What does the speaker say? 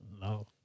No